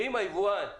ואם היבואן יזייף?